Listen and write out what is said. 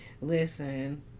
Listen